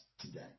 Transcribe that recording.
today